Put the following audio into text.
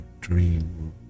dream